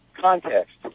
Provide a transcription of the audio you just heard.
context